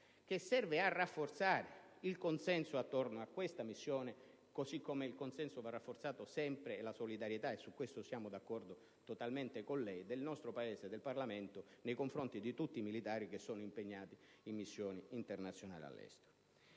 che serve a rafforzare il consenso attorno a questa missione, così come vanno rafforzati sempre il consenso e la solidarietà - su questo siamo d'accordo totalmente con lei - del nostro Paese e del Parlamento nei confronti di tutti i militari che sono impegnati in missioni internazionali all'estero.